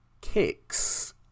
kicks